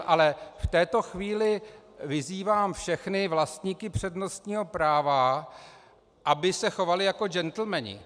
Ale v této chvíli vyzývám všechny vlastníky přednostního práva, aby se chovali jako džentlmeni.